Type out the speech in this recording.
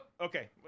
Okay